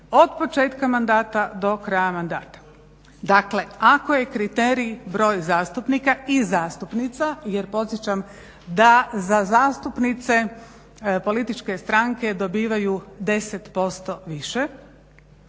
od početka mandata do kraja mandata. Dakle, ako je kriterij broj zastupnika i zastupnica jer podsjećam da za zastupnice političke stranke dobivaju 10% više.